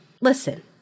listen